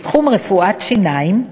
בתחום רפואת שיניים,